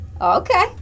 Okay